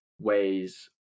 ways